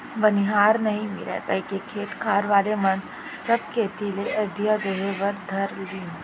बनिहार नइ मिलय कइके खेत खार वाले मन सब खेती ल अधिया देहे बर धर लिन